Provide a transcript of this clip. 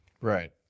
right